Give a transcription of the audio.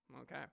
okay